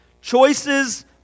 Choices